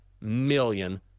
million